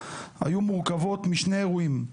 פרעות תשפ"א היו מורכבות משני אירועים: